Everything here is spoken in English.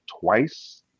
twice